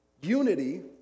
Unity